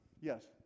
Yes